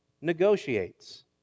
negotiates